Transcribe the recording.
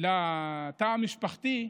לתא המשפחתי,